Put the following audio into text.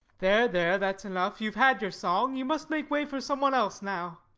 there, there, that's enough. you've had your song. you must make way for someone else now.